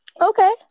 Okay